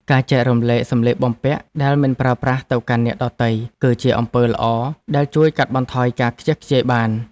ការចែករំលែកសម្លៀកបំពាក់ដែលមិនប្រើប្រាស់ទៅកាន់អ្នកដទៃ គឺជាអំពើល្អដែលជួយកាត់បន្ថយការខ្ជះខ្ជាយបាន។